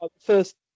first